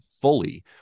fully